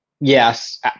Yes